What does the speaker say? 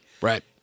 Right